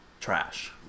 trash